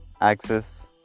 access